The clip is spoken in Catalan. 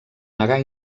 negar